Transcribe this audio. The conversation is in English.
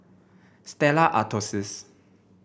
Stella Artois